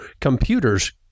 computers